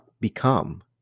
become